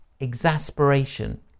exasperation